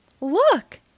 Look